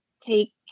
take